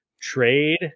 trade